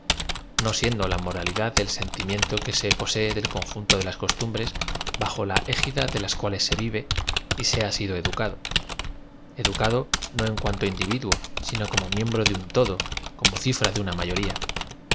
no siendo la moralidad e l senti miento que se posee del conjunto de las costumbres bajo la égi'ja de las cuales se v iv e y se ha sido edu cado educado no en cuanto individuo sino como miembro de un todo como cifra de una